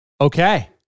Okay